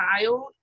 child